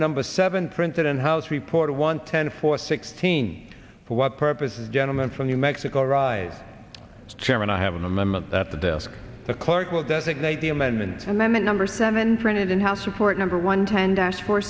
number seven printed in house report one ten four sixteen for what purposes gentlemen from new mexico arise chairman i have an amendment that the desk clerk will designate the amendments and then the number seven printed in house report number one ten dash for